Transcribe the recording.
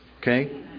okay